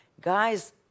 guys